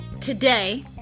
today